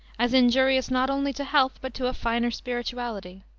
as injurious not only to health but to a finer spirituality.